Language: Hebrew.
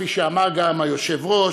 כפי שאמר גם היושב-ראש,